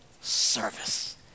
service